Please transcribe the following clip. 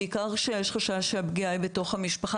בעיקר כשיש חשש שהפגיעה היא בתוך המשפחה,